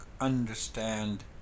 understand